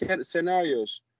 scenarios